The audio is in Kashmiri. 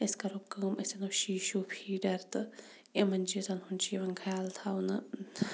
أسۍ کَرو کٲم أسۍ اَنو شیٖشو پھیٖڈَر تہٕ یِمَن چیٖزَن ہُنٛد چھُ یِوان خَیال تھاونہٕ